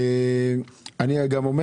אגב,